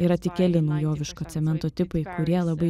yra tik keli naujoviško cemento tipai kurie labai